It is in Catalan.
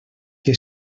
que